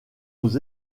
aux